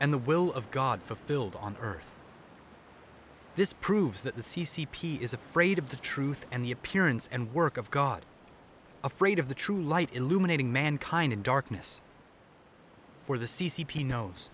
and the will of god fulfilled on earth this proves that the c c p is afraid of the truth and the appearance and work of god afraid of the true light illuminating mankind in darkness for the c c p knows